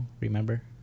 Remember